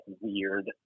weird